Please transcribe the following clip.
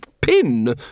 pin